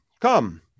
come